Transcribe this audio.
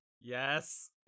Yes